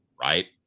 right